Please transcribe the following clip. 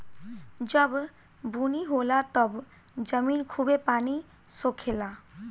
जब बुनी होला तब जमीन खूबे पानी सोखे ला